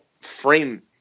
frame